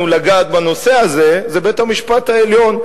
לגעת בנושא הזה זה בית-המשפט העליון.